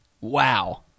Wow